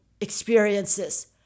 experiences